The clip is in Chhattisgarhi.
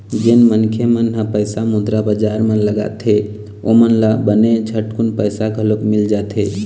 जेन मनखे मन ह पइसा मुद्रा बजार म लगाथे ओमन ल बने झटकून पइसा घलोक मिल जाथे